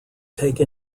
take